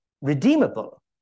redeemable